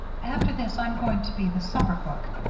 after this, i'm going to be the supper cook.